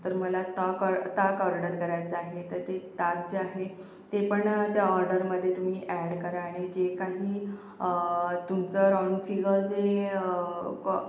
तर मला ताक ऑर्डर ताक ऑर्डर करायचं आहे तर ते ताक जे आहे ते पण त्या ऑर्डरमध्ये तुम्ही ॲड करा आणि जे काही तुमचं राउंड फिगर जे